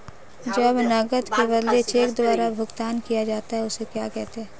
जब नकद के बदले चेक द्वारा भुगतान किया जाता हैं उसे क्या कहते है?